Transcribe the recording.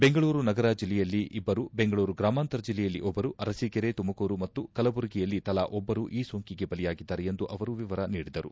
ಬೆಂಗಳೂರು ನಗರ ಜಿಲ್ಲೆಯಲ್ಲಿ ಇಬ್ಬರು ಬೆಂಗಳೂರು ಗ್ರಾಮಾಂತರ ಜಿಲ್ಲೆಯಲ್ಲಿ ಒಬ್ಬರು ಅರಸೀಕೆರೆ ತುಮಕೂರು ಮತ್ತು ಕಲಬುರಗಿಯಲ್ಲಿ ತಲಾ ಒಬ್ಬರು ಈ ಸೋಂಕಿಗೆ ಬಲಿಯಾಗಿದ್ದಾರೆ ಎಂದು ಅವರು ವಿವರ ನೀಡಿದರು